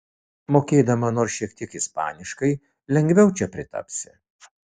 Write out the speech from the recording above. mokėdama nors šiek tiek ispaniškai lengviau čia pritapsi